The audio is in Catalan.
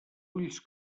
ulls